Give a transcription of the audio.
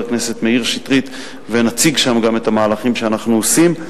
הכנסת מאיר שטרית ונציג שם גם את המהלכים שאנחנו עושים.